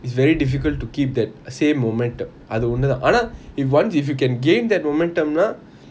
it's very difficult to keep that same momentum அது ஒன்னு தான்:athu onu thaan if once if you can gain that momentum நா:na